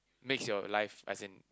makes your life as in